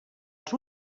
els